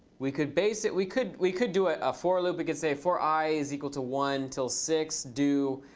we could base it we could we could do a ah for loop. we could say for i is equal to one till six do,